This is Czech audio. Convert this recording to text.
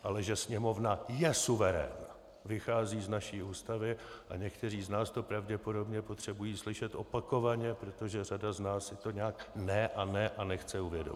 Ale že sněmovna je suverén, vychází z naší Ústavy a někteří z nás to pravděpodobně potřebují slyšet opakovaně, protože řada z nás si to nějak ne a ne a nechce uvědomit.